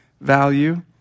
value